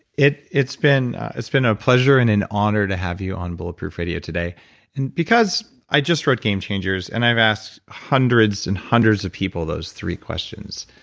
it's been it's been a pleasure and an honor to have you on bulletproof radio today. and because, i just read game changers, and i've asked hundreds and hundreds of people those three questions,